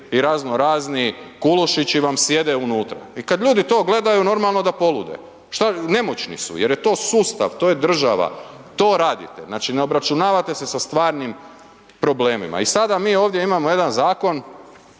i raznorazni Kulušići vam sjede unutra i kad ljudi to gledaju, normalno da polude. Nemoćni su jer je to sustav, to je država, to radite, znači, ne obračunavate se sa stvarnim problemima. I sada mi ovdje imamo jedan zakon